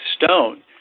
Stone